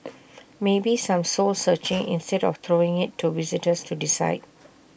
maybe some soul searching instead of throwing IT to visitors to decide